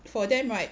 for them right